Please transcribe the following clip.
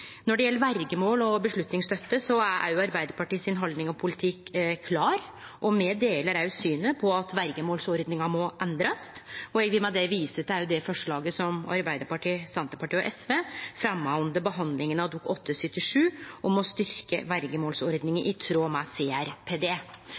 Når det gjeld verjemål og avgjerdsstøtte, er òg haldninga og politikken til Arbeidarpartiet klar, og me deler synet på at verjemålsordninga må endrast. Eg vil med det vise til forslaget som Arbeidarpartiet, Senterpartiet og SV fremja under behandlinga av Dokument 8:77 S, om å